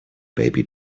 baby